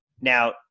Now